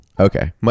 Okay